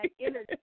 energy